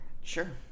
Sure